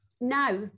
now